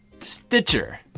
Stitcher